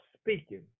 speaking